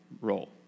role